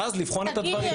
ואז לבחון את הדברים.